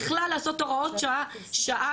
בכלל לעשות הוראות שעה,